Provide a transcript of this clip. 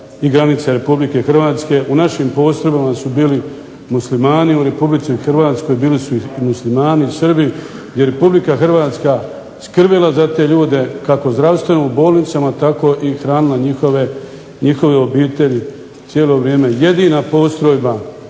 i granice Republike Hrvatske, u našim postrojbama su bili Muslimani, u Republici Hrvatskoj bili su muslimani i Srbi jer republika Hrvatska skrbila je za te ljude kako zdravstveno u bolnicama tako i hranila njihove obitelji cijelo vrijeme. Jedini narod